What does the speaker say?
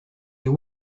you